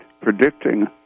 predicting